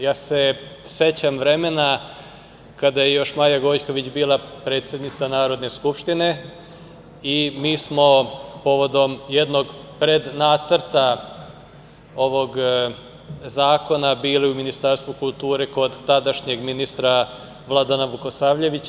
Ja se sećam vremena kada je još Maja Gojković bila predsednica Narodne skupštine i mi smo povodom jednog prednacrta ovog zakona bili u Ministarstvu kulture kod tadašnjeg ministra Vladana Vukosavljevića.